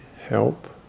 help